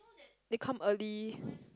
they come early